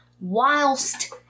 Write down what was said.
whilst